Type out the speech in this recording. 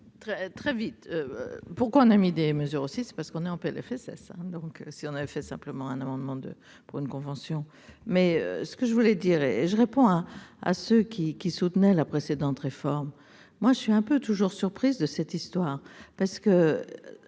très vite, pourquoi on a mis des mesures aussi c'est parce qu'on est un PLFSS hein, donc si on avait fait simplement un amendement de pour une convention mais ce que je voulais dire et et je réponds à ceux qui qui soutenait la précédente réforme, moi je suis un peu toujours surprise de cette histoire parce que